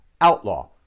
outlaw